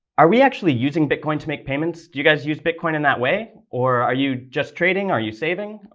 are we actually using bitcoin to make payments? do you guys use bitcoin in that way or are you just trading, are you saving?